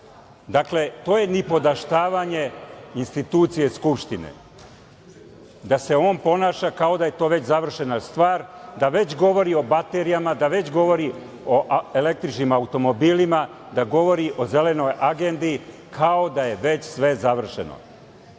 Dakle, to je nipodaštavanje institucije Skupštine, da se on ponaša kao da je to već završena stvar, da već govori o baterijama, da već govori o električnim automobilima, da govori o zelenoj agendi, kao da je već sve završeno. Pod